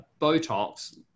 botox